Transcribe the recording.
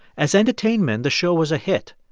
as entertainment, the show was a hit.